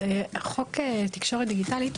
חוק תקשורת דיגיטלית,